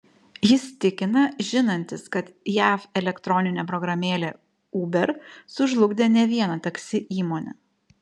jis tikina žinantis kad jav elektroninė programėlė uber sužlugdė ne vieną taksi įmonę